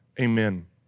amen